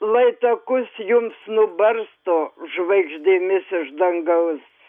lai takus jums nubarsto žvaigždėmis iš dangaus